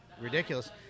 ridiculous